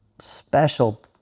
special